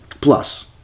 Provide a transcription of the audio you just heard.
Plus